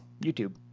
YouTube